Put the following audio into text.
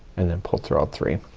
and then pull through all three.